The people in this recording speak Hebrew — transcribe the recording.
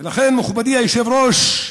ולכן, מכובדי היושב-ראש,